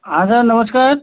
हाँ सर नमस्कार